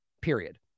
period